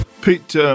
Pete